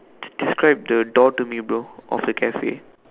describe the door to me bro of the Cafe